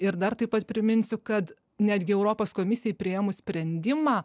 ir dar taip pat priminsiu kad netgi europos komisijai priėmus sprendimą